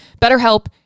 BetterHelp